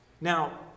Now